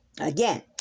Again